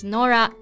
Nora